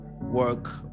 work